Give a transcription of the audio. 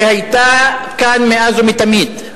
שהיתה כאן מאז ומתמיד.